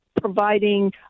providing